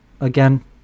again